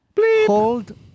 Hold